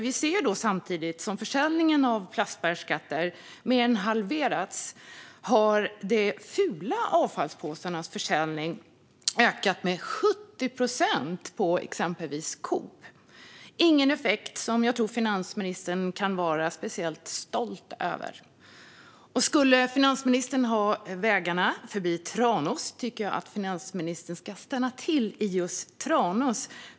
Vi ser att samtidigt som försäljningen av plastbärkassar mer än halverats har försäljningen av de fula avfallspåsarna ökat med 70 procent på exempelvis Coop. Det är inte en effekt som jag tror att finansministern kan vara speciellt stolt över. Skulle finansministern ha vägarna förbi Tranås tycker jag att finansministern ska stanna till i just Tranås.